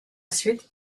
suite